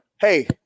hey